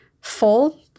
full